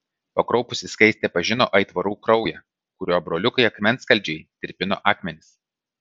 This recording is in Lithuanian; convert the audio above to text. pakraupusi skaistė pažino aitvarų kraują kuriuo broliukai akmenskaldžiai tirpino akmenis